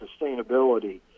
sustainability